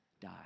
die